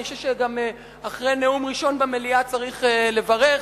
אני חושב שגם אחרי נאום ראשון במליאה צריך לברך,